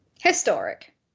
historic